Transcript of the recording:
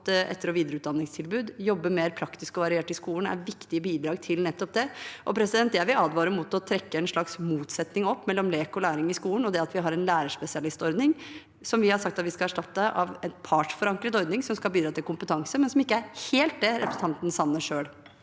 etter- og videreutdanningstilbud og jobbe mer praktisk og variert i skolen, er viktige bidrag til nettopp det. Jeg vil advare mot å trekke opp en slags motsetning mellom lek og læring i skolen og det at vi har en lærerspesialistordning, som vi har sagt at vi skal erstatte med en partsforankret ordning som skal bidra til kompetanse, men som ikke helt er det representanten Sanner selv